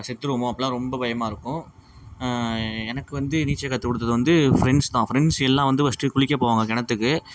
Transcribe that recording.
செத்துடுவோமோ அப்படிலாம் ரொம்ப பயமாக இருக்கும் எனக்கு வந்து நீச்சல் கற்று கொடுத்தது வந்து ஃப்ரெண்ட்ஸ் தான் ஃப்ரெண்ட்ஸ் எல்லாம் வந்து ஃபர்ஸ்ட்டு குளிக்க போவாங்க கிணத்துக்கு